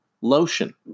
lotion